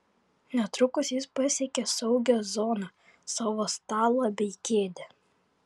netrukus jis pasiekė saugią zoną savo stalą bei kėdę